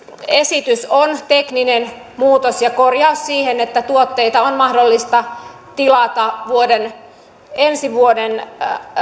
esitys on tekninen muutos ja korjaus siihen että tuotteita on mahdollista tilata ensi vuoden